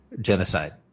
genocide